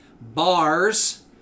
Bars